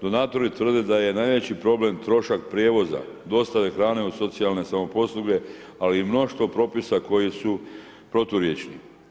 Donatori tvrde da je najveći problem trošak prijevoza, dostave hrane u socijalne samoposluge, ali i mnoštvo propisa koji su proturječni.